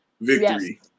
victory